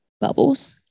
bubbles